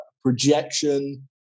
projection